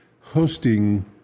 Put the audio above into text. hosting